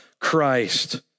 Christ